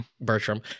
Bertram